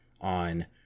on